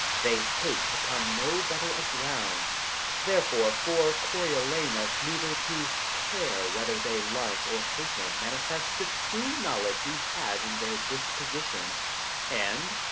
they hate upon no better a ground therefore, for coriolanus neither to care whether they love or hate him manifests the true knowledge he has in their disposition and,